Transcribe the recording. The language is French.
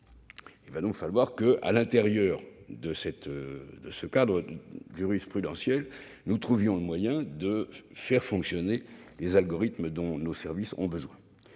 Il va donc falloir que, à l'intérieur de ce cadre jurisprudentiel, nous trouvions le moyen de faire fonctionner les algorithmes dont nos services ont besoin.